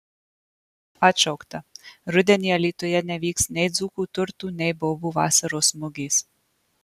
atšaukta rudenį alytuje nevyks nei dzūkų turtų nei bobų vasaros mugės